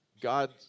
God